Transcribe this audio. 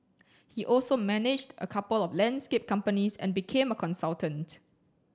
he also managed a couple of landscape companies and became a consultant